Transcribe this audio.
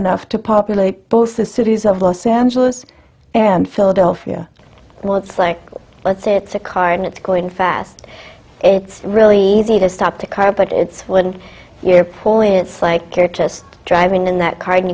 enough to populate both the cities of los angeles and philadelphia well it's like let's say it's a car and it's going fast it's really easy to stop the car but it's wouldn't you're paul it's like your just driving in that car and